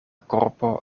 korpo